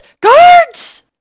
Guards